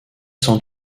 sans